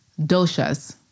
doshas